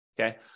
okay